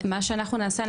מה שאנחנו נעשה,